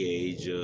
age